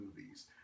movies